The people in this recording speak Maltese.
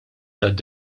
tad